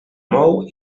mou